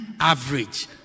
average